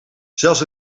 zelfs